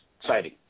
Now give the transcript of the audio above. Exciting